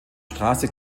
straße